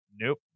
nope